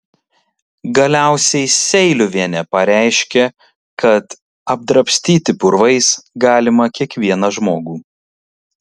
galiausiai seiliuvienė pareiškė kad apdrabstyti purvais galima kiekvieną žmogų